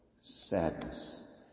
sadness